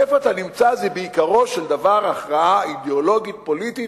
איפה אתה נמצא זה בעיקרו של דבר הכרעה אידיאולוגית פוליטית,